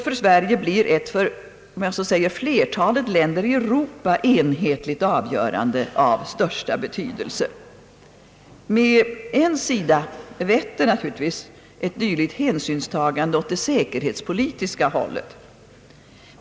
För Sverige blir ett för flertalet länder i Europa enhetligt avgö rande av största betydelse. Med en sida vetter naturligtvis ett dylikt hänsynstagande åt det säkerhetspolitiska hållet.